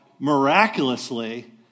Miraculously